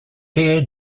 fare